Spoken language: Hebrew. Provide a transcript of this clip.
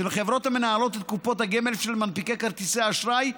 של החברות המנהלות את קופות הגמל ושל מנפיקי כרטיסי אשראי,